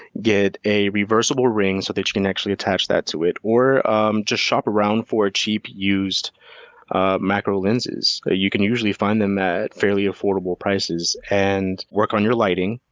get a reversible ring so that you can actually attach that to it, or just shop around for cheap, used macro lenses. you can usually find them at fairly affordable prices. and work on your lighting.